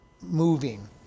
moving